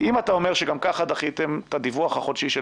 אם אתה אומר שגם ככה דחיתם את הדיווח החודשי של